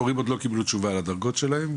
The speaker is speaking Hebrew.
הורים עוד לא קיבלו תשובה לדרגות שלהם.